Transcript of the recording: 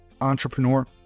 entrepreneur